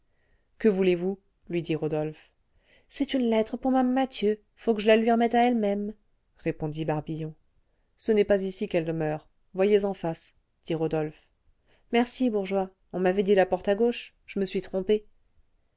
que voulez-vous lui dit rodolphe c'est une lettre pour m'ame mathieu faut que je lui remette à elle-même répondit barbillon ce n'est pas ici qu'elle demeure voyez en face dit rodolphe merci bourgeois on m'avait dit la porte à gauche je me suis trompé